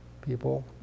people